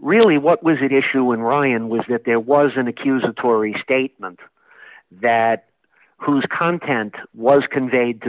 really what was that issue in ryan was that there was an accusatory statement that whose content was conveyed